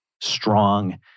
strong